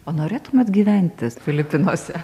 o norėtumėt gyventi filipinuose